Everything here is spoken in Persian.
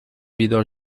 بیدار